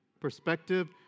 perspective